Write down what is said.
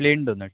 plain donut